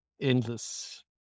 endless